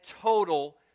total